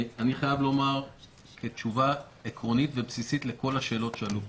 אני חייב לומר כתשובה עקרונית ובסיסית לכל השאלות ששאלו פה.